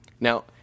Now